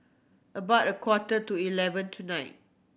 about a quarter to eleven tonight